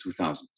2000